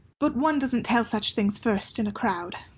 but one doesn't tell such things first in a crowd.